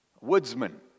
woodsman